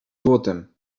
złotem